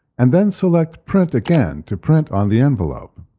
and then select print again to print on the envelope.